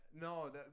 no